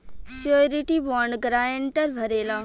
surety bond guarantor भरेला